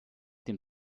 dem